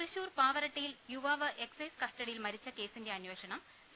തൃശൂർ പാവറട്ടിയിൽ യുവാവ് excise custody യിൽ മരിച്ച കേസിന്റെ അന്വേഷണം സി